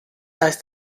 heißt